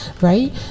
right